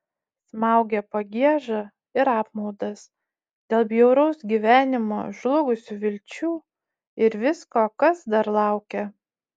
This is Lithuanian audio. smaugė pagieža ir apmaudas dėl bjauraus gyvenimo žlugusių vilčių ir visko kas dar laukia